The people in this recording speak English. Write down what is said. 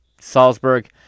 Salzburg